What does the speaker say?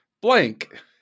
blank